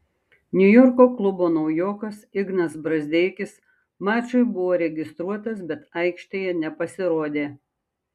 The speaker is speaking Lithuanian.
niujorko klubo naujokas ignas brazdeikis mačui buvo registruotas bet aikštėje nepasirodė